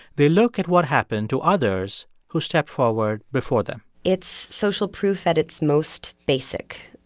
they look at what happened to others who stepped forward before them it's social proof at its most basic.